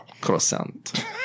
Croissant